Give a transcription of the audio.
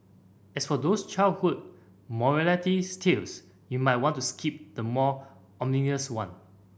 as for those childhood morality tales you might want to skip the more ominous ones